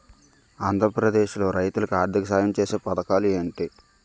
ఆంధ్రప్రదేశ్ లో రైతులు కి ఆర్థిక సాయం ఛేసే పథకాలు ఏంటి?